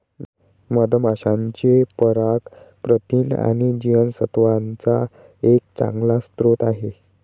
मधमाशांचे पराग प्रथिन आणि जीवनसत्त्वांचा एक चांगला स्रोत आहे